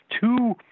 two